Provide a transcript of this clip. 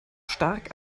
stark